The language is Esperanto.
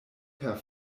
per